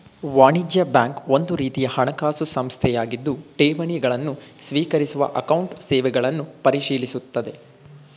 ವಾಣಿಜ್ಯ ಬ್ಯಾಂಕ್ ಒಂದುರೀತಿಯ ಹಣಕಾಸು ಸಂಸ್ಥೆಯಾಗಿದ್ದು ಠೇವಣಿ ಗಳನ್ನು ಸ್ವೀಕರಿಸುವ ಅಕೌಂಟ್ ಸೇವೆಗಳನ್ನು ಪರಿಶೀಲಿಸುತ್ತದೆ